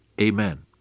amen